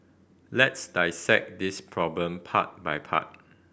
let's dissect this problem part by part